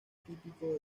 típico